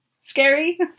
scary